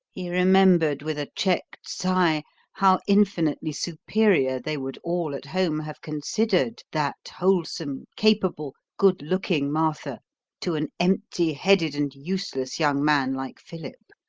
he remembered with a checked sigh how infinitely superior they would all at home have considered that wholesome, capable, good-looking martha to an empty-headed and useless young man like philip